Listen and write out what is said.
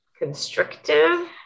constrictive